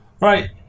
Right